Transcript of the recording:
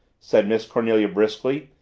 said miss cornelia briskly,